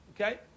Okay